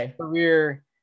career